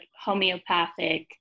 homeopathic